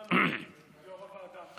השתכנענו, יו"ר הוועדה.